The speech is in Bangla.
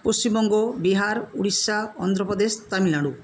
পশ্চিমবঙ্গ বিহার উড়িষ্যা অন্ধ্রপ্রদেশ তামিলনাড়ু